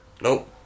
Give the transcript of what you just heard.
Nope